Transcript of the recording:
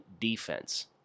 defense